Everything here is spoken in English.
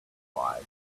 lives